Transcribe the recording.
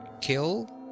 Kill